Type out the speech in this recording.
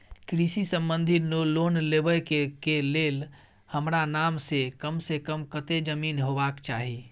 कृषि संबंधी लोन लेबै के के लेल हमरा नाम से कम से कम कत्ते जमीन होबाक चाही?